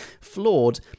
Flawed